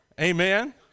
Amen